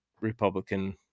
Republican